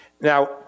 Now